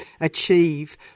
achieve